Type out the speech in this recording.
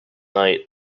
night